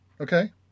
Okay